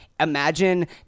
Imagine